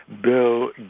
Bill